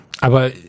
Aber